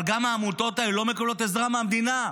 אבל גם העמותות האלה לא מקבלות עזרה מהמדינה,